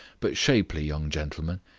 but shapely young gentleman,